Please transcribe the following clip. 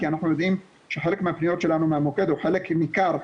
כי אנחנו יודעים שחלק מהפניות שלנו למוקד או חלק ניכר,